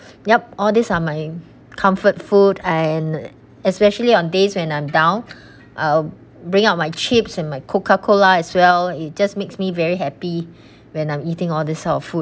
yup all these are my comfort food and especially on days when I'm down I'll bring up my chips and my coca cola as well it just makes me very happy when I'm eating all this sort of food